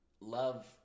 love